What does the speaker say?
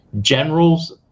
generals